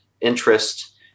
interest